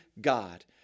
God